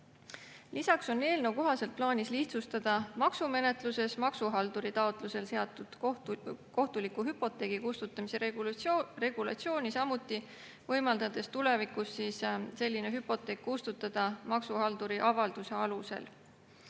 Lisaks on eelnõu kohaselt plaanis lihtsustada maksumenetluses maksuhalduri taotlusel seatud kohtuliku hüpoteegi kustutamise regulatsiooni, samuti võimaldades tulevikus selline hüpoteek kustutada maksuhalduri avalduse alusel.